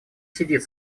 сидит